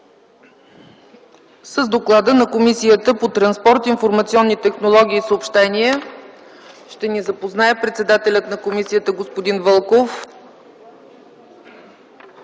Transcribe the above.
С Доклада на Комисията по транспорт, информационни технологии и съобщения ще ни запознае председателят господин Вълков.